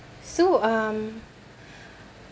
so um